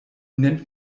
nennt